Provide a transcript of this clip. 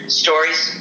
stories